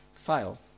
file